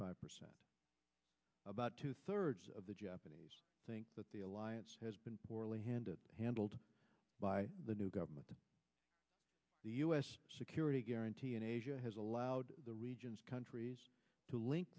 five percent about two thirds of the japanese think that the alliance has been poorly handled handled by the new government that the u s security guarantee in asia has allowed the region's countries to link